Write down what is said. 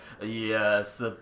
yes